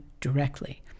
directly